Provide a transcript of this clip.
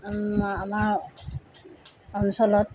আমাৰ অঞ্চলত